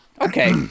Okay